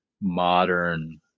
modern